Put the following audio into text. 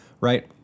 Right